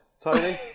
Tony